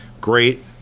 Great